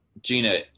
Gina